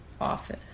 office